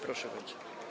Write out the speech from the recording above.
Proszę bardzo.